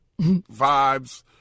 vibes